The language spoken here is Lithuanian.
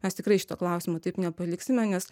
mes tikrai šito klausimo taip nepaliksime nes